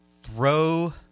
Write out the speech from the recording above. Throw